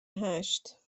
هشت